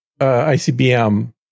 ICBM